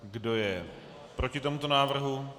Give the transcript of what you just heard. Kdo je proti tomuto návrhu?